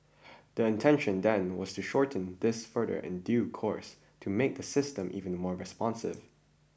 the intention then was to shorten this further in due course to make the system even more responsive